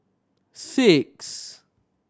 six